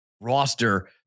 roster